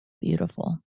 Beautiful